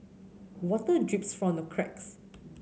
water drips from the cracks